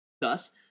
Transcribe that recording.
Thus